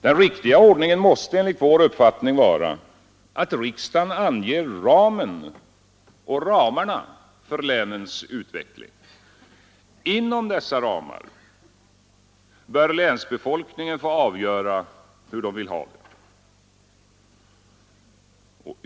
Den riktiga ordningen måste enligt vår uppfattning vara att riksdagen anger ramarna för länens utveckling. Inom dessa ramar bör länsbefolkningen få avgöra hur de vill ha det.